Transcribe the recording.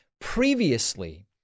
Previously